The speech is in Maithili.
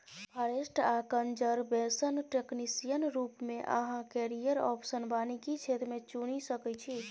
फारेस्ट आ कनजरबेशन टेक्निशियन रुप मे अहाँ कैरियर आप्शन बानिकी क्षेत्र मे चुनि सकै छी